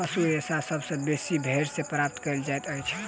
पशु रेशा सभ सॅ बेसी भेंड़ सॅ प्राप्त कयल जाइतअछि